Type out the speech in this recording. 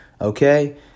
okay